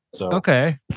Okay